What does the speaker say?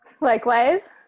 Likewise